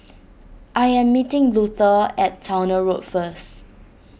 I am meeting Luther at Towner Road first